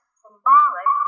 symbolic